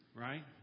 Right